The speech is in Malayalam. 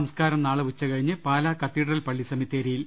സംസ്കാരം നാളെ ഉച്ചകഴിഞ്ഞ് പാലാ കത്തീഡ്രൽ പള്ളി സെമിത്തേരിയിൽ